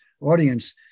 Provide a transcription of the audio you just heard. audience